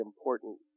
important